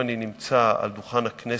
אם אני נמצא על דוכן הכנסת,